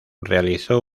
realizó